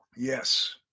Yes